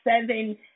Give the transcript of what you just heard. seven